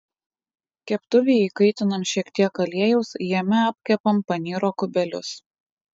keptuvėj įkaitinam šiek tiek aliejaus jame apkepam panyro kubelius